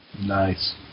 Nice